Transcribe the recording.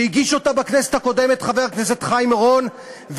שהגיש אותה בכנסת הקודמת חבר הכנסת חיים אורון,